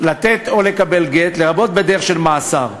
לתת או לקבל גט, לרבות בדרך של מאסר.